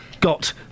got